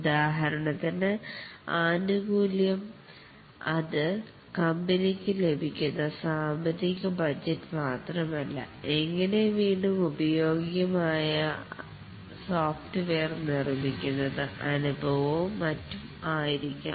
ഉദാഹരണത്തിന് ആനുകൂല്യം അത് കമ്പനിക്ക് ലഭിക്കുന്ന സാമ്പത്തിക ബജറ്റ് മാത്രമല്ല എങ്ങനെ വീണ്ടും ഉപയോഗയോഗ്യമായ യ സോഫ്റ്റ്വെയർ നിർമ്മിക്കുന്നത് അനുഭവവും മറ്റും ആയിരിക്കാം